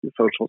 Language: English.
social